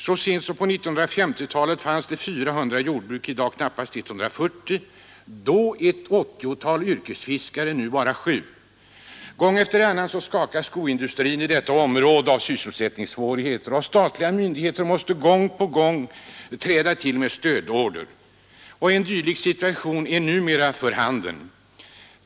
Så sent som på 1950-talet fanns där 400 jordbruk, i dag finns knappast 140; då fanns där ett 80-tal yrkesfiskare, nu finns det bara 7. Gång efter annan råkar skoindustrin i detta område ut för sysselsättningssvårigheter, och statliga myndigheter måste då träda till med stödorder. En dylik situation är nu för handen.